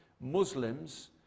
Muslims